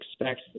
expect